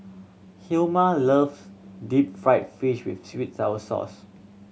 Hilmer loves deep fried fish with sweet sour sauce